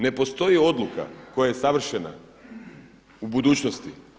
Ne postoji odluka koja je savršena u budućnosti.